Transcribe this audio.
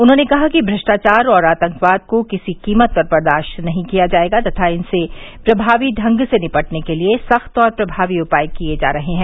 उन्होंने कहा कि भ्रष्टाचार और आतंकवाद को किसी कीमत पर बर्दाश्त नहीं किया जायेगा तथा इनसे प्रभावी ढंग से निटपने के लिए सख्त और प्रभावी उपाय किये जा रहे हैं